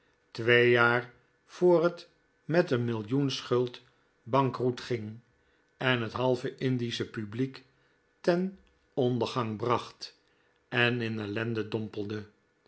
twee jaar voor het met een millioen schuld bankroet ging en het halve indische publiek ten ondergang bracht en in ellende dompelde